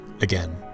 again